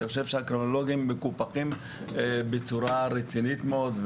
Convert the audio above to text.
אני חושב שהקרימינולוגים מקופחים בצורה רצינית מאוד,